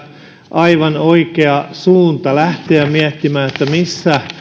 aivan oikea suunta lähteä miettimään missä